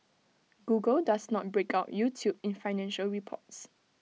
Google does not break out YouTube in financial reports